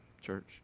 church